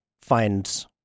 find